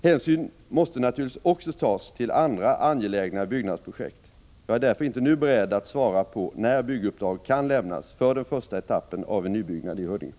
Hänsyn måste naturligtvis också tas till andra angelägna byggnadsprojekt. Jag är därför inte nu beredd att svara på när bygguppdrag kan lämnas för den första etappen av en nybyggnad i Huddinge.